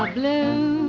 like blue,